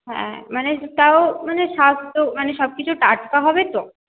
হ্যাঁ মানে তাও মানে স্বাস্থ্য মানে সব কিছু টাটকা হবে তো